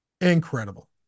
incredible